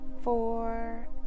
four